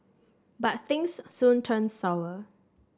but things soon turned sour